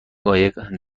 قایق